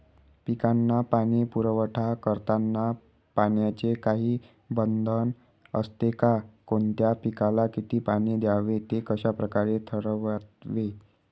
पिकांना पाणी पुरवठा करताना पाण्याचे काही बंधन असते का? कोणत्या पिकाला किती पाणी द्यावे ते कशाप्रकारे ठरवावे?